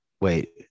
Wait